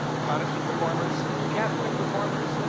protestant reformers, catholic reformers,